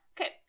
okay